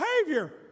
behavior